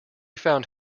found